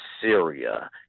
Syria